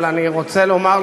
אבל אני רוצה לומר,